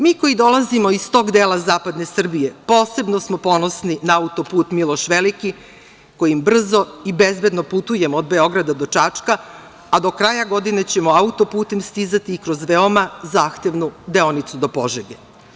Mi koji dolazimo iz tog dela zapadne Srbije posebno smo ponosni na autoput „Miloš Veliki“ kojim brzo i bezbedno putujemo od Beograda do Čačka, a do kraja godine ćemo autoputem stizati i kroz veoma zahtevnu deonicu do Požege.